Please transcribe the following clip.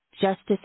justice